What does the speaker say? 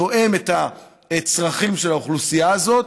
תואם את הצרכים של האוכלוסייה הזאת,